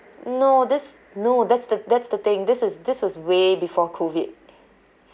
no this no that's the that's the thing this is this was way before COVID